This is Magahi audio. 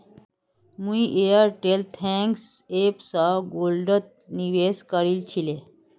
मुई एयरटेल थैंक्स ऐप स गोल्डत निवेश करील छिले